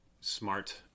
smart